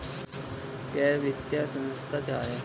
गैर वित्तीय संस्था क्या है?